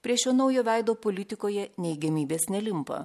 prie šio naujo veido politikoje neigiamybės nelimpa